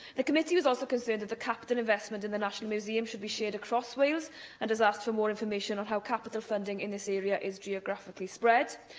the committee was also concerned that the capital investment in the national museum should be shared across wales and has asked for more information on how capital funding in this area is geographically spread.